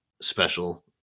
special